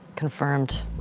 confirmed,